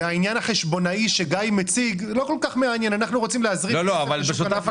רשות המסים אמרו פה שהם הולכים להסדיר את קרנות ההלוואות,